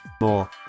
More